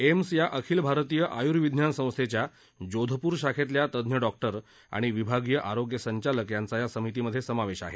AIIMS या अखिल भारतीय आय्विज्ञान संस्थेच्या जोधपूर शाखेतल्या तज्ञ डॉक्टर आणि विभागीय आरोग्य संचालक यांचा या पथकात समावेश आहे